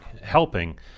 helping